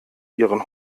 ihren